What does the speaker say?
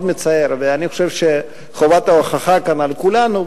אני חושב שחובת ההוכחה כאן היא על כולנו.